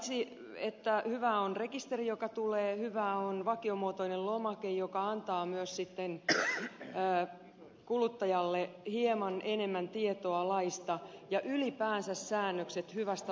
paitsi että hyvää on rekisteri joka tulee hyvää on vakiomuotoinen lomake joka antaa myös sitten kuluttajalle hieman enemmän tietoa laista ja ylipäänsä säännökset hyvästä luotonantotavasta